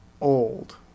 old